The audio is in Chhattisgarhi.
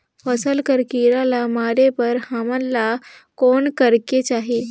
फसल कर कीरा ला मारे बर हमन ला कौन करेके चाही?